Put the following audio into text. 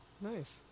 Nice